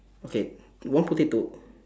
okay one potato